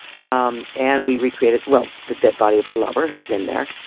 um and we recreated well, the dead body of her lover, who's in there.